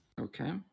Okay